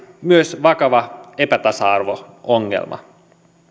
myös vakava epätasa arvo ongelma